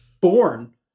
born